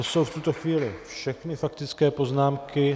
To jsou v tuto chvíli všechny faktické poznámky.